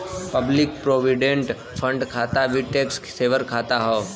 public provident fund खाता भी tax saver खाता हौ